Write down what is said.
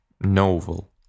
novel